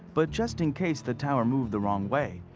but just in case the tower moved the wrong way,